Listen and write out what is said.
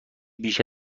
بیش